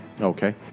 Okay